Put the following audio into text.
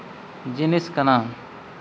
ᱡᱤᱱᱤᱥ ᱠᱟᱱᱟ